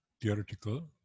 theoretical